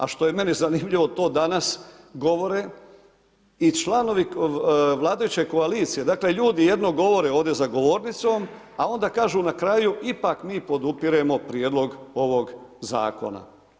A što je meni zanimljivo to danas govore i članovi vladajuće koalicije, dakle ljudi jedno govore ovdje za govornicom a onda kažu na kraju ipak mi podupiremo prijedlog ovog zakona.